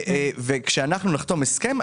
כשאנחנו נחתום הסכם,